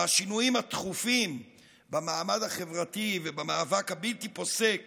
מהשינויים התכופים במעמד החברתי ובמאבק הבלתי-פוסק